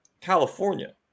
California